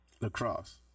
Lacrosse